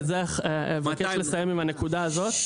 ואסיים עם הנקודה הזאת: